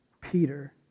Peter